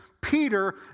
Peter